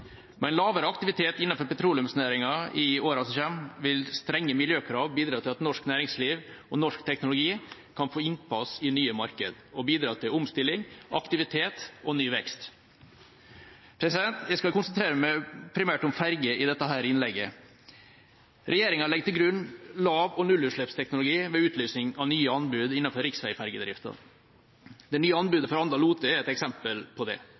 Med en lavere aktivitet innenfor petroleumsnæringen i årene som kommer, vil strenge miljøkrav bidra til at norsk næringsliv og norsk teknologi kan få innpass i nye markeder og bidra til omstilling, aktivitet og ny vekst. Jeg skal primært konsentrere meg om ferger i dette innlegget. Regjeringa legger til grunn lav- og nullutslippsteknologi ved utlysning av nye anbud innenfor riksveifergedriften. Det nye anbudet for Anda–Lote er et eksempel på det.